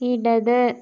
ഇടത്